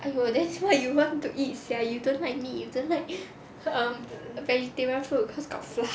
!aiyo! then what you want to eat sia you don't like meat you don't like um vegetarian food cause got flour